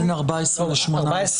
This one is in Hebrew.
בין 14 ל-18.